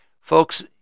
Folks